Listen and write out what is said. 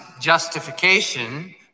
justification